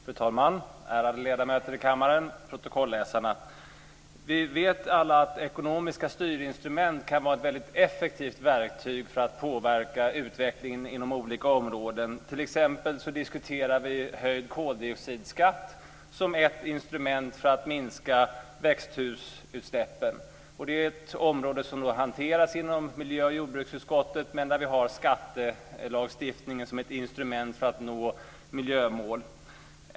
Fru talman, ärade ledamöter i kammaren, protokollsläsare! Vi vet alla att ekonomiska styrinstrument kan vara ett effektivt verktyg för att påverka utvecklingen inom olika områden. Vi diskuterar t.ex. höjd koldioxidskatt som ett instrument för att minska växthuseffekten. Det är ett område som hanteras inom miljö och jordbruksutskottet, men där skattelagstiftningen är ett instrument för att nå miljömål.